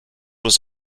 was